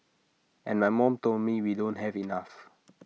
and my mom told me we don't have enough